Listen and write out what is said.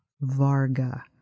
Varga